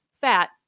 fat